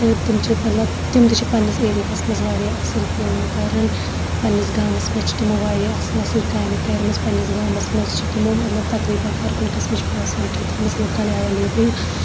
تہٕ تِم چھِ مَطلَب تِم تہٕ چھِ پَننِس ایریا ہَس مَنٛز واریاہ اَصٕل کٲم کَران پَننِس گامَس مَنٛز چھِ تِمو واریاہ اصٕل اَصٕل کامہِ کَرمٕژ پننِس گامَس مَنٛز چھِ تِمو مَطلَب تَقریباً ہَر کُنہِ قِسمٕچ فیسَلٹی تھٲومٕژ لُکَن ایٚولیبٕل